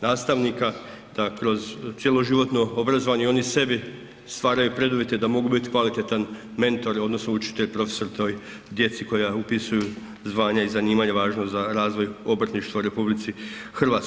nastavnika da kroz cjeloživotno obrazovanje i oni sebi stvaraju preduvjete da mogu biti kvalitetan mentor odnosno učitelj, profesor toj djeci koja upisuju zvanja i zanimanja važna za razvoj obrtništva u RH.